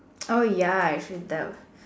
oh ya actually that was